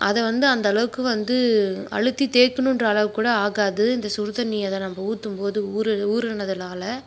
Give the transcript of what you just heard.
அதை வந்து அந்த அளவுக்கு வந்து அழுத்தி தேய்க்குணுகிற அளவுக்கூட ஆகாது இந்த சுடு தண்ணியை அதை நம்ம ஊற்றும் போது ஊற்ஊறினதுனால